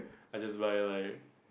I just buy like